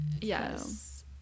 yes